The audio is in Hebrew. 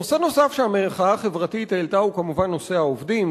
נושא נוסף שהמחאה החברתית העלתה הוא כמובן נושא העובדים,